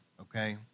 okay